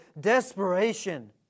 desperation